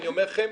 אני אומר לכם,